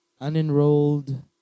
unenrolled